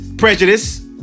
prejudice